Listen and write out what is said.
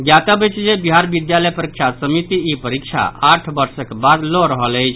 ज्ञातव्य अछि जे बिहार विद्यालय परीक्षा समिति ई परीक्षा आठ वर्षक लऽ रहल अछि